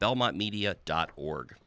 belmont media dot org